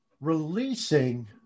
releasing